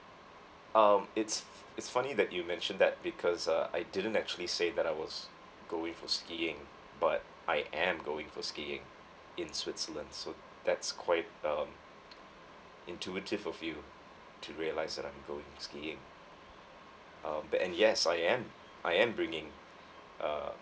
um it's it's funny that you mentioned that because uh I didn't actually said that I was going for skiing but I am going for skiing in switzerland so that's quite um intuitive of you to realise that I'm going skiing um but and yes I am I am bringing uh